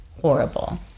horrible